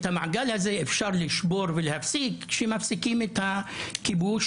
את המעגל הזה אפשר לשבור ולהפסיק שמפסיקים את הכיבוש,